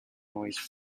noise